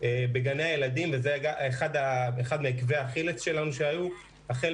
בגני הילדים וזה אחד מעקבי אכילס שלנו - בכל